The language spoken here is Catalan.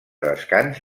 descans